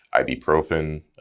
ibuprofen